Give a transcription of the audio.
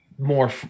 more